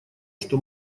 что